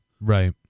Right